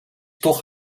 toch